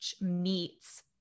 meets